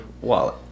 wallet